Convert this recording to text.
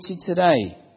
today